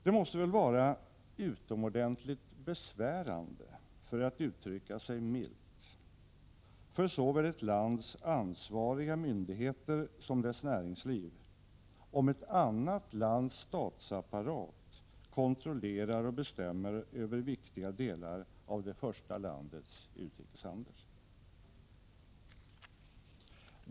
Det måste väl vara utomordentligt besvärande, för att uttrycka sig milt, för såväl ett lands ansvariga myndigheter som dess näringsliv, om ett annat lands statsapparat kontrollerar och bestämmer över viktiga delar av det första landets utrikeshandel.